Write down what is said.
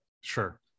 sure